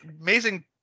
amazing